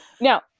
Now